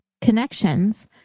connections